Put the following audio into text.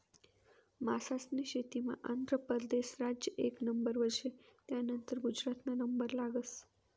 मासास्नी शेतीमा आंध्र परदेस राज्य एक नंबरवर शे, त्यानंतर गुजरातना नंबर लागस